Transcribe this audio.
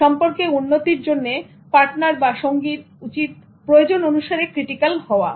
সম্পর্কে উন্নতির জন্য পার্টনার বা সঙ্গীর উচিত প্রয়োজন অনুসারে ক্রিটিক্যাল হওয়া